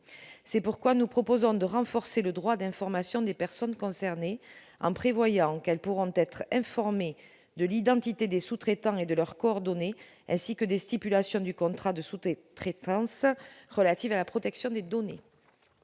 C'est pourquoi nous proposons de renforcer le droit d'information des personnes concernées, en prévoyant qu'elles pourront être informées de l'identité des sous-traitants et de leurs coordonnées, ainsi que des stipulations du contrat de sous-traitance relatives à la protection des données.